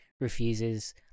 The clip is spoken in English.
refuses